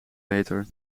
meter